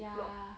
ya